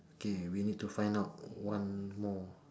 okay we need to find out one more